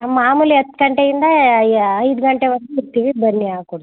ನಾವು ಮಾಮೂಲಿ ಹತ್ತು ಗಂಟೆಯಿಂದ ಯಾ ಐದು ಗಂಟೆವರ್ಗೂ ಇರ್ತೀವಿ ಬನ್ನಿ ಹಾಕ್ಕೊಡ್ತೀವಿ